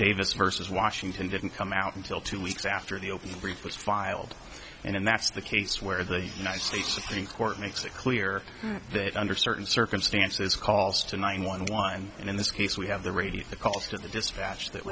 davis versus washington didn't come out until two weeks after the opening brief was filed and that's the case where the united states supreme court makes it clear that under certain circumstances calls to nine one one and in this case we have the radio calls to the dispatch that